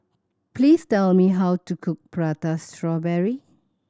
please tell me how to cook Prata Strawberry